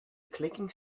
clicking